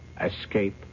escape